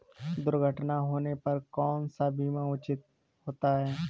दुर्घटना होने पर कौन सा बीमा उचित होता है?